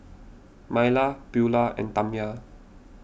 Myla Beula and Tamya